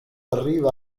arriva